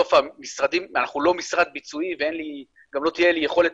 בסוף אנחנו לא משרד ביצועי ואין לי וגם לא תהיה לי יכולת,